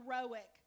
heroic